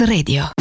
Radio